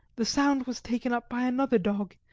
the sound was taken up by another dog,